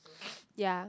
ya